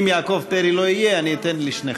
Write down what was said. אם יעקב פרי לא יהיה אני אתן לשניכם.